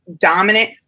dominant